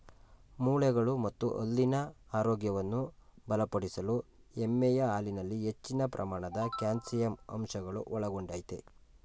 ಮೂಳೆಗಳು ಮತ್ತು ಹಲ್ಲಿನ ಆರೋಗ್ಯವನ್ನು ಬಲಪಡಿಸಲು ಎಮ್ಮೆಯ ಹಾಲಿನಲ್ಲಿ ಹೆಚ್ಚಿನ ಪ್ರಮಾಣದ ಕ್ಯಾಲ್ಸಿಯಂ ಅಂಶಗಳನ್ನು ಒಳಗೊಂಡಯ್ತೆ